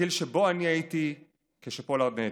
הגיל שבו אני הייתי כשפולארד נעצר.